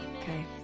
okay